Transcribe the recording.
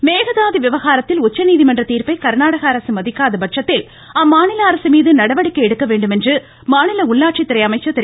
வேலுமனி மேகதாது விவகாரத்தில் உச்சநீதிமன்ற தீர்ப்பை கர்நாடக அரசு மதிக்காத பட்சத்தில் அம்மாநில அரசு மீது நடவடிக்கை எடுக்க வேண்டும் என்று மாநில உள்ளாட்சித்துறை அமைச்சர் திரு